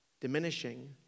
diminishing